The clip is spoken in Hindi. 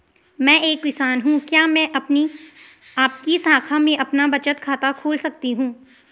मैं एक किसान हूँ क्या मैं आपकी शाखा में अपना बचत खाता खोल सकती हूँ?